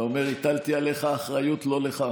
אתה אומר, הטלתי עליך אחריות לא לך.